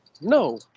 no